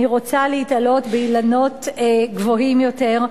אני רוצה להיתלות באילנות גבוהים יותר,